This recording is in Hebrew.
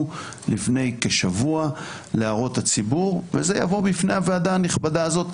לפני כשבוע להערות הציבור וזה יבוא בפני הוועדה הנכבדה הזאת.